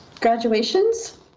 Graduations